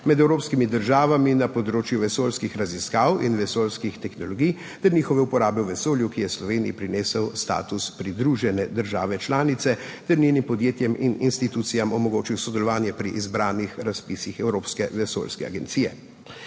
med evropskimi državami na področju vesoljskih raziskav in vesoljskih tehnologij ter njihove uporabe v vesolju, ki je Sloveniji prinesel status pridružene države članice ter njenim podjetjem in institucijam omogočil sodelovanje pri izbranih razpisih Evropske vesoljske agencije.